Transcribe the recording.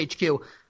HQ